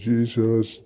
Jesus